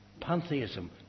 Pantheism